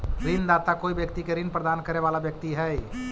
ऋणदाता कोई व्यक्ति के ऋण प्रदान करे वाला व्यक्ति हइ